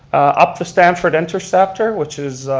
up to stamford interceptor, which is,